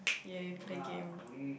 ya you play game